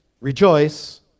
rejoice